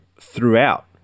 throughout